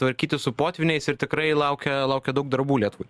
tvarkytis su potvyniais ir tikrai laukia laukia daug darbų lietuvai